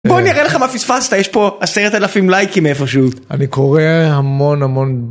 בוא אני אראה לך מה פספסת, יש פה, עשרת אלפים לייקים איפשהו. אני קורא המון המון...